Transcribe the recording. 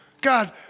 God